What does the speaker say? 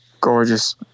gorgeous